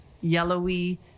yellowy